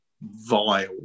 vile